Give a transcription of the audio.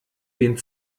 den